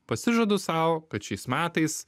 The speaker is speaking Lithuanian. pasižadu sau kad šiais metais